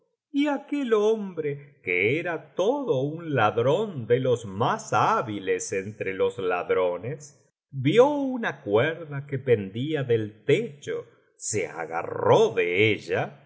y aquel hombre que era todo un ladrón de los más hábiles entre los ladrones vio una cuerda que pendía del techo se agarró de ella